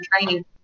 training